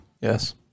yes